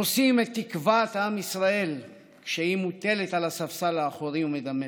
נושאים את תקוות עם ישראל כשהיא מוטלת על הספסל האחורי ומדממת.